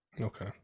Okay